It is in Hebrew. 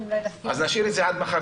גם אולי --- אז נשאיר את זה עד מחר.